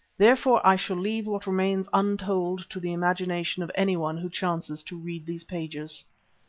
therefore i shall leave what remains untold to the imagination of anyone who chances to read these pages.